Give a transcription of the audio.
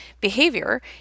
behavior